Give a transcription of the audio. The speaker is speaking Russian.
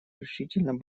решительно